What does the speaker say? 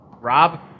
Rob